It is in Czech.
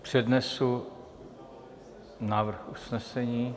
Přednesu návrh usnesení.